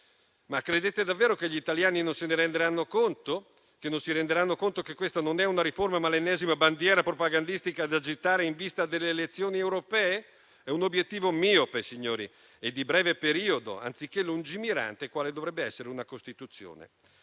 Credete davvero che gli italiani non si renderanno conto che questa non è una riforma, ma è l'ennesima bandiera propagandistica da agitare in vista delle elezioni europee? È un obiettivo miope, signori, e di breve periodo, anziché lungimirante quale dovrebbe essere una Costituzione.